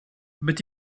but